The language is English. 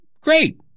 great